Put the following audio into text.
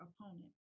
opponent